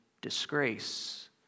disgrace